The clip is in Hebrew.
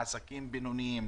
לעסקים בינוניים,